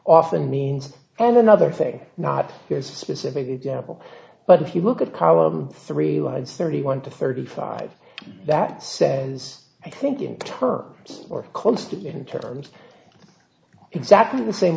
often means and another thing not his specific example but if you look at column three lines thirty one to thirty five that says i think in terms or close to be in terms exactly the same